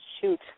Shoot